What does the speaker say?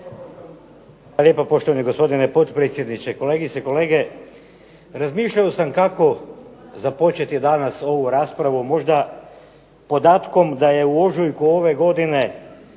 lijepa poštovani gospodine potpredsjedniče. Kolegice i kolege, razmišljao sam kako započeti danas ovu raspravu, možda podatkom da je u ožujku ove godine